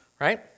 right